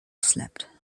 slept